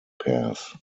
pairs